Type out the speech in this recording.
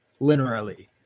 linearly